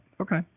Okay